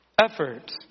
effort